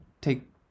take